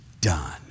done